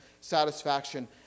satisfaction